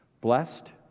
Blessed